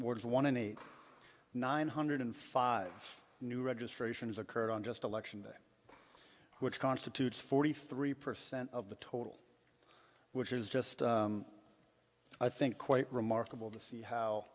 wards one and eight nine hundred five new registrations occurred on just election day which constitutes forty three percent of the total which is just i think quite remarkable to see